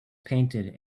painted